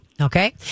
okay